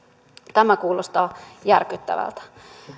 tämä kuulostaa järkyttävältä